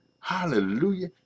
hallelujah